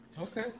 Okay